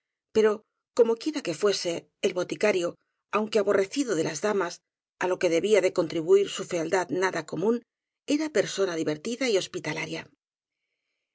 pero como quie ra que fuese el boticario aunque aborrecido de las damas á lo que debía de contribuir su fealdad nada común era persona divertida y